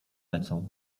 lecą